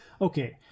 okay